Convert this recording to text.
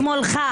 משמאלך.